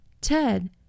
Ted